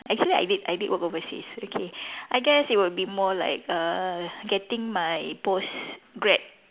actually I did I did work overseas okay I guess it would be more like err getting my post grad